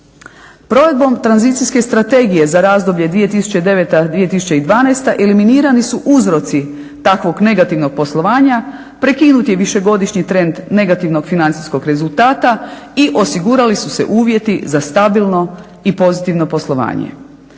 Provedbom tranzicijske strategije za razdoblje 2009.-2012. eliminirani su uzroci takvog negativnog poslovanja, prekinut je višegodišnji trend negativnog financijskog rezultata i osigurali su se uvjeti za stabilno i pozitivno poslovanje.